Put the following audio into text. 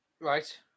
Right